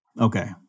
Okay